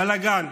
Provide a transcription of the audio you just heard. בלגן.